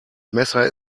messer